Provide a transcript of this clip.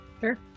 Sure